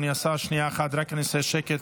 סליחה, חברי הכנסת שם, אני מבקש.